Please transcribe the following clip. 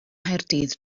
nghaerdydd